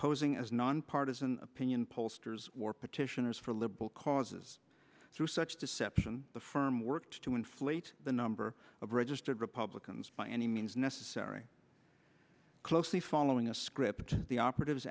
posing as nonpartizan opinion pollsters war petitioners for liberal causes such deception the firm worked to inflate the number of registered republicans by any means necessary closely following a script the operative